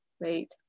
wait